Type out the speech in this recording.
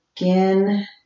again